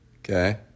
Okay